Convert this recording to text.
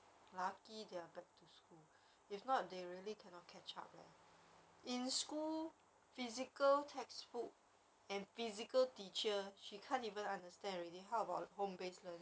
他他自己去画 then some more she can tell me um 我没有画我的脚 leh 但是 hor 不懂为什么会有这个 shape 在那边